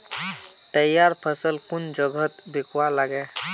तैयार फसल कुन जगहत बिकवा लगे?